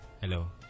Hello